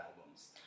albums